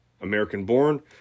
American-born